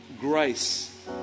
grace